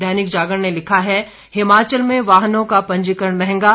दैनिक जागरण ने लिखा है हिमाचल में वाहनों का पंजीकरण महंगा